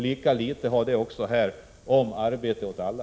Lika litet betyder talet om arbete åt alla.